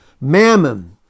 Mammon